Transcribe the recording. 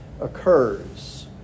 occurs